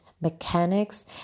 mechanics